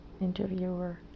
interviewer